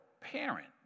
parent